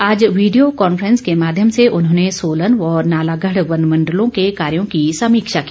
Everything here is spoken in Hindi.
आज वीडियो कांफ्रेंस के माध्यम से उन्होंने सोलन व नालागढ़ वन मण्डलों के कार्यो की समीक्षा की